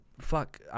fuck